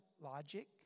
logic